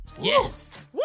Yes